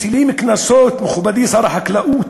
מטילים קנסות, מכובדי שר החקלאות,